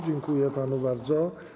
Dziękuję panu bardzo.